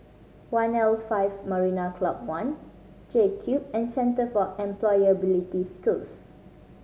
one L five Marina Club One J Cube and Centre for Employability Skills